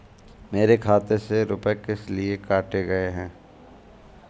मेरे खाते से रुपय किस लिए काटे गए हैं?